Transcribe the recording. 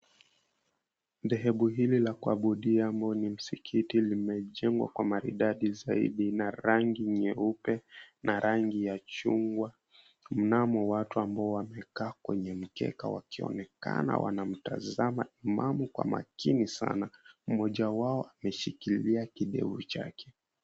Sehemu hili la kuabudia ambayo ni msikiti imejengwa kwa maridadi zaidi na rangi nyeupe na rangi ya chungwa. Mnamo watu ambao wamekaa kwenye mkeka wakionekana wanamtazama imamu kwa makini sana, mmoja wao ameshikilia kidevu chake.